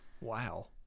wow